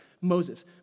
Moses